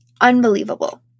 Unbelievable